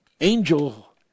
angel